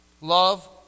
Love